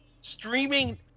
streaming